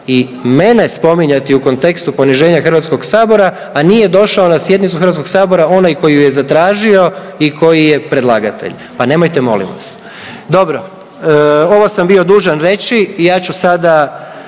i mene spominjati u kontekstu poniženja HS-a, nije došao na sjednicu HS-a onaj koji ju je zatražio i koji je predlagatelj. Pa nemojte, molim vas. Dobro. Ovo sam bio dužan reći. Ja ću sada